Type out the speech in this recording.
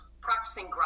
practicing